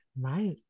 Right